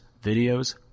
videos